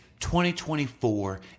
2024